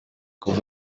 kuva